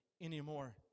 anymore